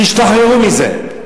תשתחררו מזה.